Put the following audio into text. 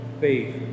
faith